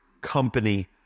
company